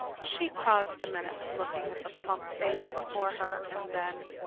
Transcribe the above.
she paused a minute, looking at the plump face before her, and then,